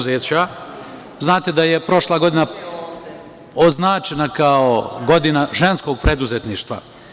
Znate da je prošla godina označena kao godina ženskog preduzetništva.